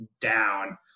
down